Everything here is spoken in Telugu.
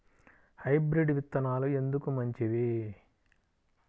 హైబ్రిడ్ విత్తనాలు ఎందుకు మంచివి?